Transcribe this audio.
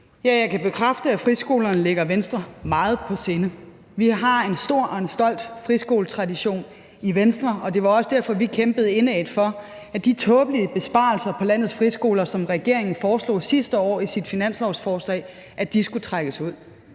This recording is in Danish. jeg kan bekræfte, at friskolerne ligger Venstre meget på sinde. Vi har en stor og en stolt friskoletradition i Venstre, og det var også derfor, vi kæmpede indædt for, at de tåbelige besparelser på landets friskoler, som regeringen foreslog sidste år i sit finanslovsforslag, skulle trækkes ud.